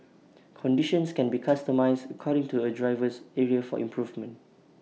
conditions can be customised according to A driver's area for improvement